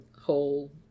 whole